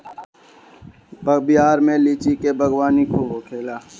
बिहार में लीची के बागवानी खूब होखेला